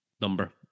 number